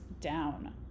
down